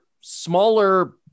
smaller